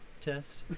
test